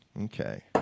okay